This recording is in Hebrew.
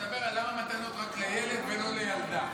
תדבר למה המתנות רק לילד ולא לילדה,